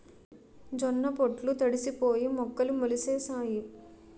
జొన్న పొట్లు తడిసిపోయి మొక్కలు మొలిసేసాయి